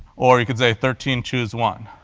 or you could say thirteen choose one.